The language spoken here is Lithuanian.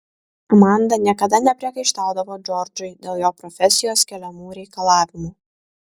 amanda niekada nepriekaištaudavo džordžui dėl jo profesijos keliamų reikalavimų